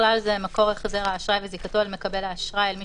ובכלל זה מקור החזר האשראי וזיקתו של מקבל האשראי אל מי